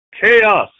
Chaos